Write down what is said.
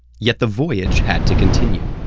yet the voyage had to continue.